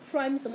是不是这样讲